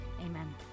Amen